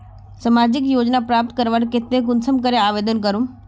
सामाजिक योजना प्राप्त करवार केते कुंसम करे आवेदन करूम?